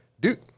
Duke